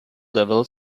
level